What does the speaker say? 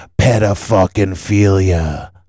pedophilia